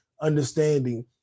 understanding